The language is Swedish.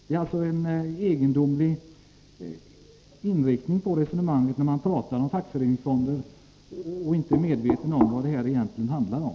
Det är en egendomlig inriktning på resonemangen när man talar om fackföreningsfonder och inte är medveten om vad det egentligen handlar om.